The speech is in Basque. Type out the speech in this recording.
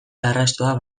arrastoa